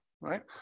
right